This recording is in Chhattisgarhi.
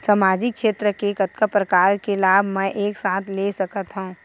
सामाजिक क्षेत्र के कतका प्रकार के लाभ मै एक साथ ले सकथव?